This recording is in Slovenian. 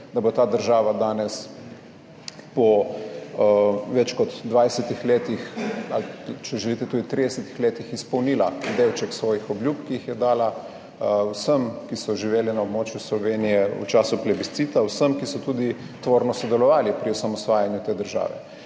da bo ta država danes po več kot 20 letih ali pa če želite tudi po 30 letih izpolnila delček svojih obljub, ki jih je dala vsem, ki so živeli na območju Slovenije v času plebiscita, vsem, ki so tudi tvorno sodelovali pri osamosvajanju te države.